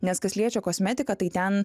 nes kas liečia kosmetiką tai ten